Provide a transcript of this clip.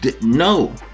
No